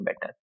better